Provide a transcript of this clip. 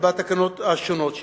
בתקנות השונות שלה.